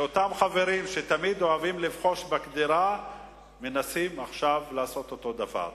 שאותם חברים שתמיד אוהבים לבחוש בקדירה מנסים עכשיו לעשות אותו הדבר.